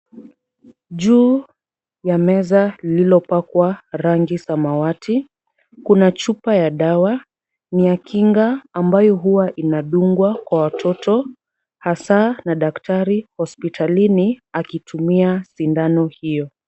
Juu ya meza lililopakwa rangi samawati, kuna chupa ya dawa, ni nya kinga ambayo huwa inadungwa kwa watoto hasa na daktari hospitalini akitumia sindano hiyo.